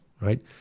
right